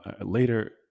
Later